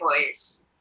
voice